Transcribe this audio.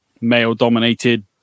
male-dominated